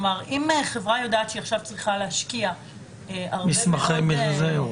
אם חברה יודעת שהיא עכשיו צריכה להשקיע הרבה מאוד משאבים